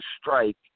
strike